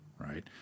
right